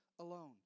alone